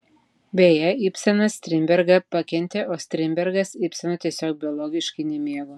beje ibsenas strindbergą pakentė o strindbergas ibseno tiesiog biologiškai nemėgo